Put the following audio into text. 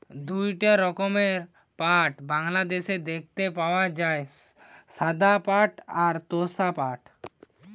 দুইটা রকমের পাট বাংলাদেশে দেখতে পাওয়া যায়, সাদা পাট আর তোষা পাট